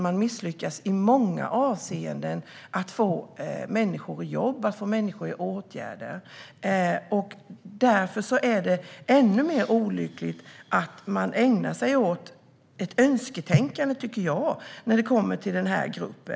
Man misslyckas i många avseenden att få människor i jobb och åtgärder. Därför är det ännu mer olyckligt att man ägnar sig åt ett önsketänkande när det gäller denna grupp.